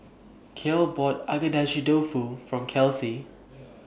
Cale bought Agedashi Dofu For Kelsey